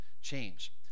change